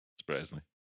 surprisingly